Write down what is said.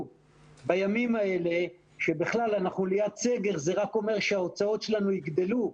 בימים האלה שאנחנו ליד סגר זה רק אומר שההוצאות שלנו יגדלו,